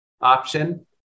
option